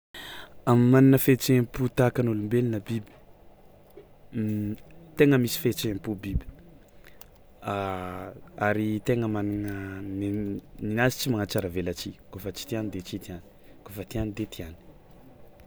Manana fihetsem-po tahaka ny olombelona biby… Taina misy fihetsem-po biby ary taigna managna- nihinazy tsy magnatsaravelatsihy koa afa tsy tiany de tsy tiany, koa afa tiany de tiany.